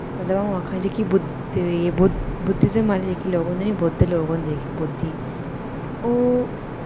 मतलब अ'ऊं आक्खां जेह्की बुद्ध ए बुद्ध बुद्धिस्म आह्ली जेह्के लोक होंदे निं बुद्ध लोक होंदे जेह्के बुद्धि ओह्